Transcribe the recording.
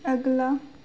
अगला